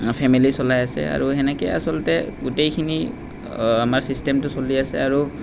family চলাই আছে আৰু সেনেকৈ আচলতে গোটেইখিনি আমাৰ চিষ্টেমটো চলি আছে আৰু